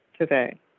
today